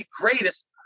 greatest